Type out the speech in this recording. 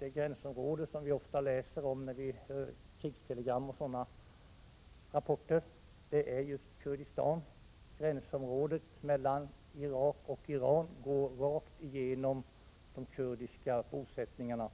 Det gränsområde som ofta nämns i krigstelegram och liknande rapporter är just Kurdistan. Gränsområdet mellan Irak och Iran går rakt igenom de kurdiska bosättningarna.